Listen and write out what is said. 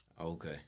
Okay